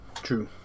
true